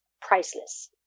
priceless